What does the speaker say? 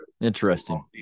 Interesting